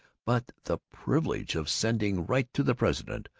but the privilege of sending right to the president,